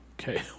Okay